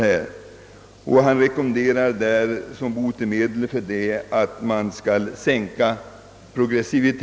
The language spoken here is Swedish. Han rekommenderar därför en sänkning av progressiviteten såsom botemedel.